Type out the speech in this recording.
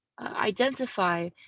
identify